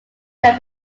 can